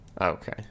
Okay